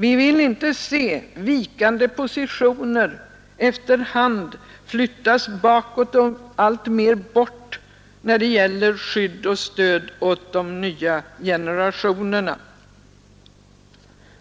Vi vill inte se vikande positioner efter hand flyttas bakåt och allt längre bort när det gäller skydd och stöd åt de unga generationerna.